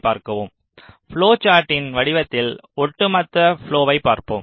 flow சார்ட்டின் வடிவத்தில் ஒட்டுமொத்த ப்லொவை பார்ப்போம்